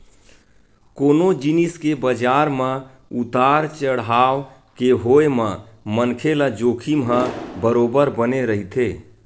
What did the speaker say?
कोनो जिनिस के बजार म उतार चड़हाव के होय म मनखे ल जोखिम ह बरोबर बने रहिथे